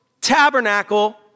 tabernacle